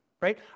right